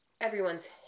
everyone's